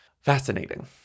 Fascinating